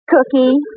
Cookie